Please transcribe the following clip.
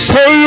Say